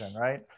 right